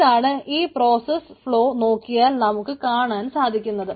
ഇതാണ് ഈ process flow നോക്കിയാൽ നമുക്ക് കാണുവാൻ സാധിക്കുന്നത്